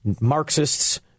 Marxists